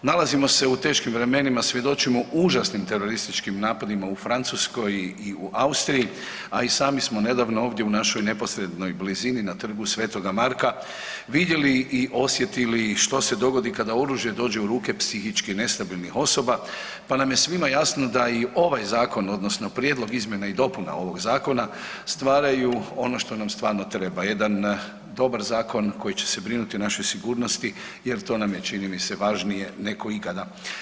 Nalazimo se u teškim vremenima, svjedočimo užasnim terorističkim napadima u Francuskoj i u Austriji, a i sami smo nedavno ovdje u našoj neposrednoj blizini na Trgu sv. Marka vidjeli i osjetili što se dogodi kada oružje dođe u ruke psihički nestabilnih osoba, pa nam je svima jasno da i ovaj zakon odnosno prijedlog izmjena i dopuna ovog zakona stvaraju ono što nam stvarno treba, jedan dobar zakon koji će se brinuti o našoj sigurnosti jer to nam je čini mi se važnije nego ikada.